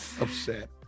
upset